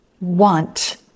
want